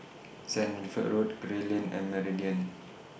Saint Wilfred Road Gray Lane and Meridian